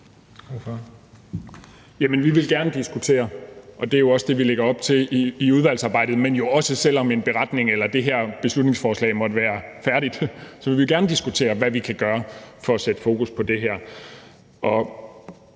vi vil gerne diskutere, og det er jo også det, vi lægger op til i udvalgsarbejdet. Men også selv om en beretning eller det her beslutningsforslag måtte være færdigt, vil vi gerne diskutere, hvad vi kan gøre for at sætte fokus på det her.